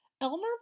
Elmer